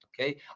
okay